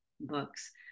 books